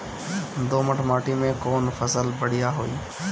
दोमट माटी में कौन फसल बढ़ीया होई?